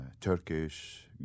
Turkish